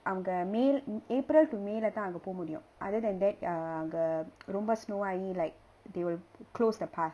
அவங்க:avanga may april to may leh தான் அங்க போக முடியும்:thaan anga poga mudiyum other than that err அங்க:anga mm ரொம்ப:romba snow ஆகி:aagi like they will close the path